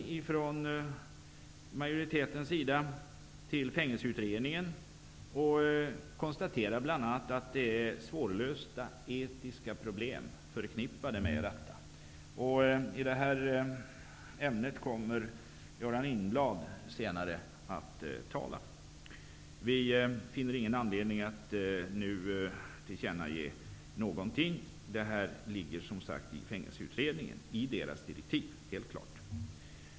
Utskottsmajoriteten hänvisar i detta sammanhang till Fängelseutredningen och konstaterar bl.a. att det är svårlösta etiska problem förknippade med detta. Göran Lindblad kommer senare att tala om detta ämne. Vi finner inte någon anledning att nu tillkännage någonting, eftersom detta ingår i Fängelseutredningens direktiv. Det är helt klart.